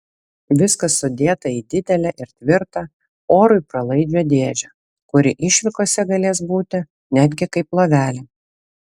viskas sudėta į didelę ir tvirtą orui pralaidžią dėžę kuri išvykose galės būti netgi kaip lovelė